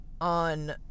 on